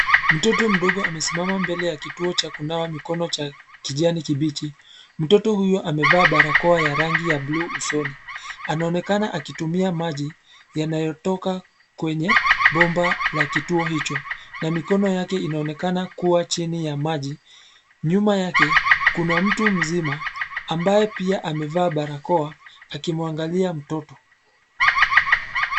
Mtoto mdogo amesimama mbele ya kituo cha kunawa mikono cha kijani kibichi. Mtoto huyu amevaa barakoa ya rangi ya bluu usoni , anaonekana akitumia maji yanayotoka kwenye bomba la kituo hicho na mikono yake inaonekana kuwa chini ya maji. Nyuma yake, kuna mtu mzima ambaye pia amevaa barakoa akimwangalia mtoto.